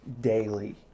daily